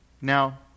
Now